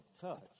touch